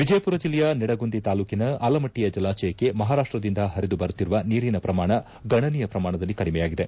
ವಿಜಯಪುರ ಜಿಲ್ಲೆಯ ನಿಡಗುಂದಿ ತಾಲೂಕಿನ ಆಲಮಟ್ಲಿಯ ಜಲಾಶಯಕ್ಷಿ ಮಹಾರಾಷ್ಲದಿಂದ ಪರಿದು ಬರುತ್ತಿರುವ ನೀರಿನ ಪ್ರಮಾಣ ಗಣನೀಯ ಪ್ರಮಾಣದಲ್ಲಿ ಕಡಿಮೆಯಾಗಿದೆ